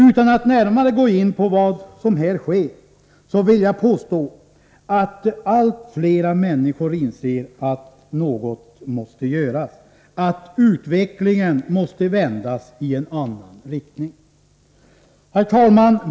Utan att närmare gå in på vad som här sker vill jag påstå att allt flera människor inser att något måste göras, att utvecklingen måste vändas i en annan riktning. Herr talman!